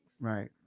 Right